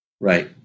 Right